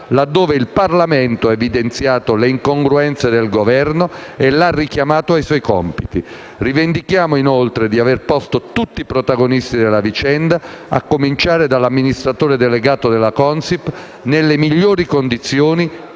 laddove il Parlamento ha evidenziato le incongruenze del Governo e l'ha richiamato ai suoi compiti. Rivendichiamo, inoltre, di aver posto tutti i protagonisti della vicenda, a cominciare dall'amministratore delegato della Consip, nelle migliori condizioni,